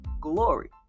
glory